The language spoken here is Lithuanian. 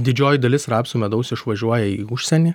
didžioji dalis rapsų medaus išvažiuoja į užsienį